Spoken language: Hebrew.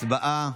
כמובן, הצבעה.